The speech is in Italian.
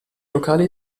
locale